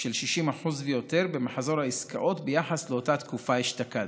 של 60% ויותר במחזור העסקאות ביחס לאותה תקופה אשתקד.